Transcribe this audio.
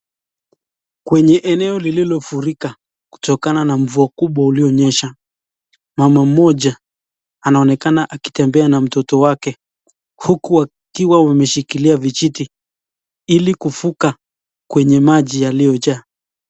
Kwenye eneo lililofurika kutokana na mvua kubwa ulionyesha, mama mmoja anaonekana akitembea na mtoto wake uku wakiwa wameshikilia vijiti ili kuvuka kwenye maji yaliojaa.